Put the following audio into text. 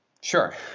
Sure